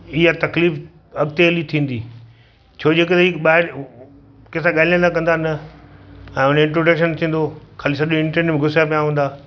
हीअ तकलीफ़ अॻिते हली थींदी छोजो करे की ॿाहिरि कंहिंसां ॻाल्हाईंदा कंदा न ऐं उन जो इंट्रोडंक्शन थींदो खाली सॼो इंटरनेट में घुसियांं पिया हूंदा